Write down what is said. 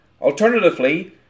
Alternatively